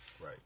right